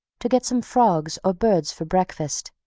to get some frogs or birds for breakfast.